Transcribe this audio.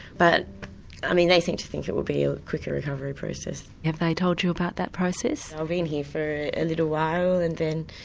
but um they seem to think it will be a quicker recovery process. have they told you about that process? i'll be in here for a little while and then.